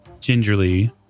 gingerly